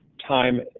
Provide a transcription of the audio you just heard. time,